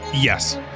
Yes